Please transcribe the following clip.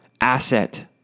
asset